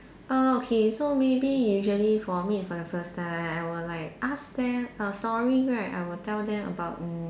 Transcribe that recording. err okay so maybe usually for meet for the first time I will like ask them a story right I would tell them about mm